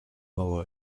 mower